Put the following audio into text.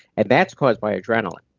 and that's caused by adrenaline.